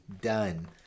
done